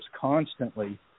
constantly